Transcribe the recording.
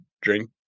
drink